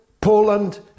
Poland